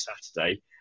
Saturday